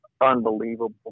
unbelievable